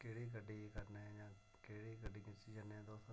केह्ड़ी गाड्डी करने जां केहड़ी गड्डी बिच्च जन्ने तुस